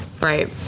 right